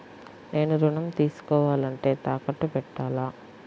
నేను ఋణం తీసుకోవాలంటే తాకట్టు పెట్టాలా?